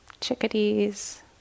chickadees